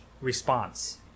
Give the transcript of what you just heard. response